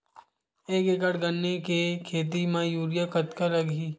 एक एकड़ गन्ने के खेती म यूरिया कतका लगही?